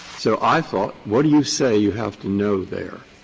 so i thought what do you say you have to know there?